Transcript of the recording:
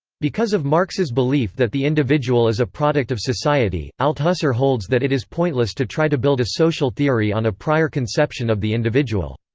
because of marx's belief that the individual is a product of society, althusser holds that it is pointless to try to build a social theory on a prior conception of the individual.